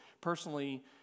personally